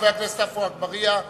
חבר הכנסת עפו אגבאריה.